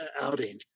outing